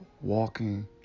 Walking